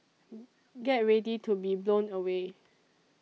get ready to be blown away